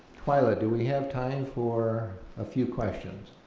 twyla do we have time for a few questions,